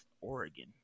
oregon